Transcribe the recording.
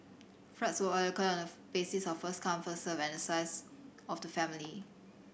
flats were allocated on the basis of first come first served and on the size of the family